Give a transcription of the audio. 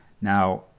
Now